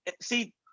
see